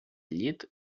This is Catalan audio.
llit